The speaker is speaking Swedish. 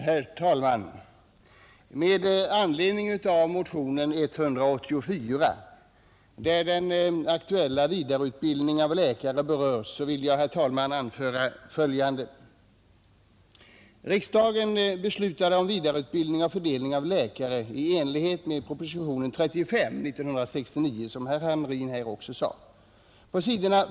Herr talman! Med anledning av motionen 184, där den aktuella vidareutbildningen av läkare berörs, vill jag anföra följande. Riksdagen beslutade om vidareutbildning och fördelning av läkare i enlighet med propositionen 35 år 1969, som herr Hamrin också sade. På s.